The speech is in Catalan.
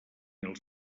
els